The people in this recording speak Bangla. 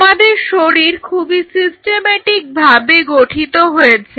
আমাদের শরীর খুবই সিস্টেম্যাটিকভাবে গঠিত হয়েছে